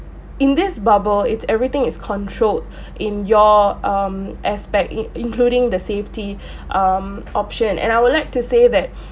in this bubble it's everything is controlled in your um aspect i~ including the safety um option and I would like to say that